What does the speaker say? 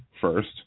first